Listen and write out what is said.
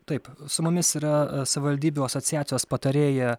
taip su mumis yra e savivaldybių asociacijos patarėja